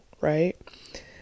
right